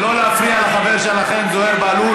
לא להפריע לחבר שלכם, זוהיר בהלול.